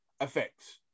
effects